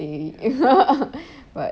baby what